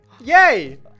Yay